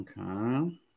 Okay